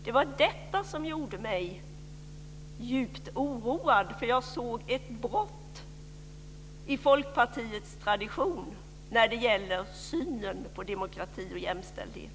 Det var detta som gjorde mig djupt oroad, för jag såg ett brott i Folkpartiets tradition när det gäller synen på demokrati och jämställdhet.